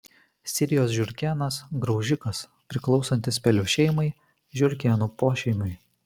sirijos žiurkėnas graužikas priklausantis pelių šeimai žiurkėnų pošeimiui